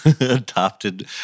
adopted